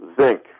Zinc